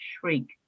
shriek